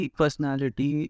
personality